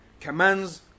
commands